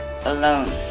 alone